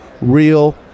real